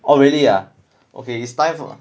oh really ah okay it's time for